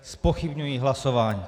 Zpochybňuji hlasování.